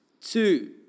Two